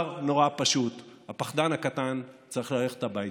נורא פשוט: הפחדן הקטן צריך ללכת הביתה.